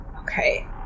Okay